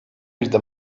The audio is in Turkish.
birde